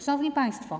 Szanowni Państwo!